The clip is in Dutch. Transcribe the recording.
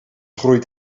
groeit